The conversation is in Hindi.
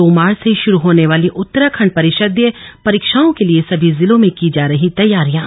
दो मार्च से शुरू होने वाली उत्तराखंड परिषदीय परीक्षाओं के लिए सभी जिलों में की जा रही तैयारियां